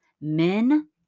Men